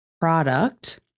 product